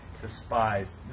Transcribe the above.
Despised